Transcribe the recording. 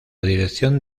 dirección